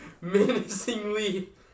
Menacingly